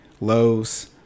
Lowe's